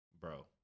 bro